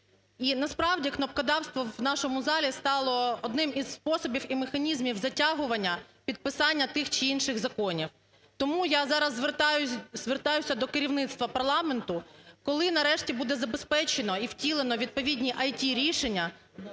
насправді кнопкодавство в нашому залі стало одним із способів і механізмів затягування підписання тих чи інших законів. Тому, я зараз звертаюся до керівництва парламенту, коли нарешті буде забезпечено і втілено відповідні ІТ-рішення,